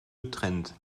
getrennt